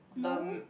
no